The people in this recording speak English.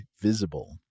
Visible